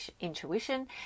intuition